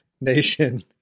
nation